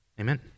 Amen